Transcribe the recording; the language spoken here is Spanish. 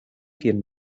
quien